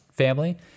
Family